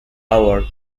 awards